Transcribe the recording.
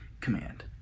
command